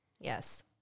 Yes